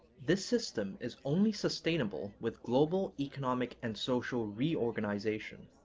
this system is only sustainable with global economic and social reorganization.